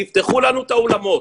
תפתחו לנו את האולמות,